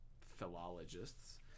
philologists